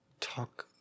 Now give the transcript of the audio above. talk